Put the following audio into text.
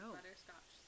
butterscotch